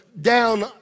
down